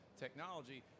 technology